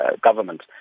government